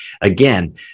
Again